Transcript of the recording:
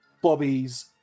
Bobby's